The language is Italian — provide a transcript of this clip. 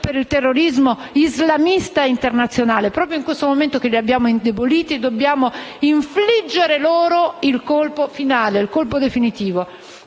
per il terrorismo islamista internazionale, proprio in questo momento che li abbiamo indeboliti dobbiamo infliggere loro il colpo finale e definitivo.